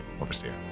Overseer